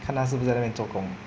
看他是不是在那边做工